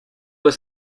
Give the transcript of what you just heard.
was